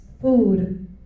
food